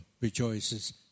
rejoices